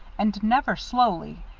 and never slowly,